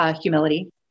humility